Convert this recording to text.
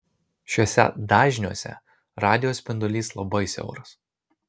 šiuose dažniuose radijo spindulys labai siauras